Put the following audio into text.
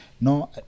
No